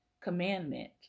commandment